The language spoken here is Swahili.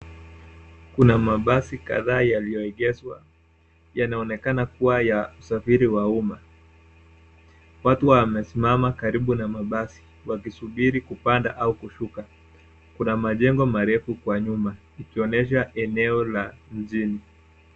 Kuna mabasi kadhaa yaliyoegeshwa, yanaonekana kuwa ya usafiri wa umma. Watu wamesimama karibu na mabasi wakisubiri kupanda au kushuka. Kuna majengo marefu kwa nyuma, ikionyesha eneo la jijini.